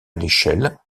l’échelle